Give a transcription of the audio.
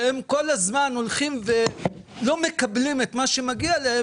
שהם כל הזמן לא מקבלים את מה שמגיע להם,